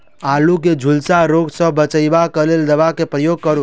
आलु केँ झुलसा रोग सऽ बचाब केँ लेल केँ दवा केँ प्रयोग करू?